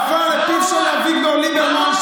עפר לפיו של אביגדור ליברמן,